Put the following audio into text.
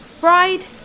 Fried